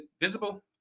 visible